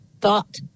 thought